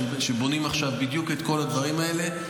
ובונים עכשיו בדיוק את כל הדברים האלה.